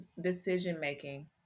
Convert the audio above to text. decision-making